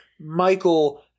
Michael